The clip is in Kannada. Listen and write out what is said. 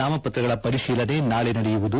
ನಾಮಪತ್ರಗಳ ಪರಿಶೀಲನೆ ನಾಳೆ ನಡೆಯುವುದು